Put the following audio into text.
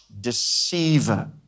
deceiver